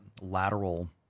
lateral